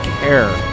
care